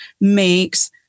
makes